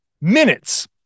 minutes